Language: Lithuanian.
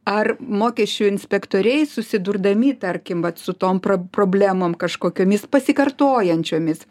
ar mokesčių inspektoriai susidurdami tarkim vat su tom pro problemom kažkokiomis pasikartojančiomis